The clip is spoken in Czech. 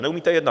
Neumíte jednat.